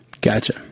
Gotcha